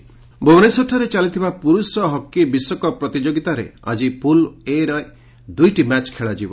hockey ଭୁବନେଶ୍ୱରଠାରେ ଚାଲିଥିବା ପୁରୁଷ ହକି ବିଶ୍ୱକପ୍ ପ୍ରତିଯୋଗିତାରେ ଆକି ପ୍ରଲ୍ ଏ'ରେ ଦ୍ରଇଟି ମ୍ୟାଚ୍ ଖେଳାଯିବ